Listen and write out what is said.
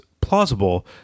plausible